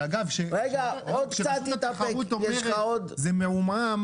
ואגב כשהממונה על התחרות אומרת שזה מעומעם